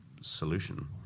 solution